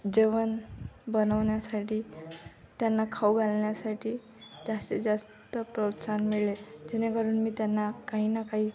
जेवण बनवण्यासाठी त्यांना खाऊ घालण्यासाठी जास्तीत जास्त प्रोत्साहन मिळेल जेणेकरून मी त्यांना काहीना काही